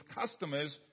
customers